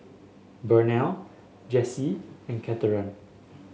Burnell Jessy and Cathern